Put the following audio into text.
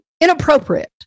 inappropriate